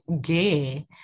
gay